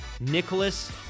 nicholas